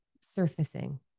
surfacing